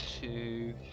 Two